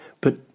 But